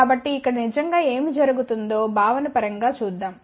కాబట్టి ఇక్కడ నిజంగా ఏమి జరుగుతుందో భావన పరంగా చూద్దాం